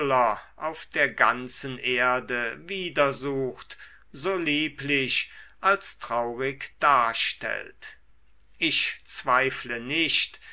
auf der ganzen erde wiedersucht so lieblich als traurig darstellt ich zweifle nicht